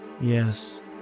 Yes